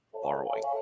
borrowing